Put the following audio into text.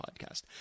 podcast